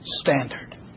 standard